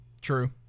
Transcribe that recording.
True